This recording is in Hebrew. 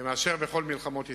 מאשר בכל מלחמות ישראל.